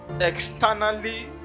externally